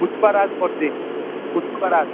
ପୁଷ୍ପାରାଜ୍ ପଡ଼ିଛି ପୁଷ୍ପାରାଜ୍